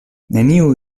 neniu